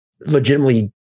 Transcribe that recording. legitimately –